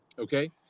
Okay